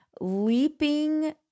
leaping